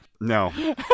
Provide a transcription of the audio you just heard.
No